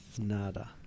Nada